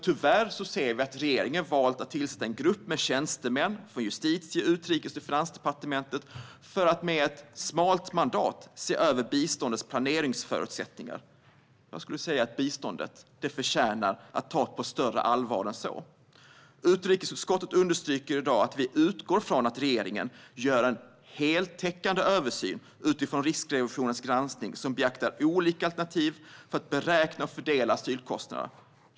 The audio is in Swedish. Tyvärr ser vi att regeringen har valt att tillsätta en grupp med tjänstemän från Justitie, Utrikes och Finansdepartementen för att med ett smalt mandat se över biståndets planeringsförutsättningar. Biståndet förtjänar att tas på större allvar än så! Utrikesutskottet understryker i dag att vi utgår från att regeringen gör en heltäckande översyn utifrån Riksrevisionens granskning som beaktar olika alternativ för att beräkna och fördela asylkostnaderna.